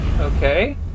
Okay